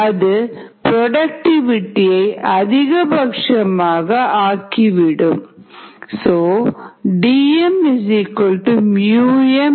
அது புரோடக்டிவிடிஐ அதிகபட்சமாக Maximum productivity Rm ஆக்கி விடும்